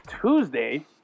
Tuesday